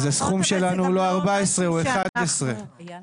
ג"ר: אז הסכום שלנו הוא לא 14,000 ₪; הוא 11,000